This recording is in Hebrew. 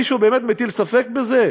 מישהו באמת מטיל ספק בזה?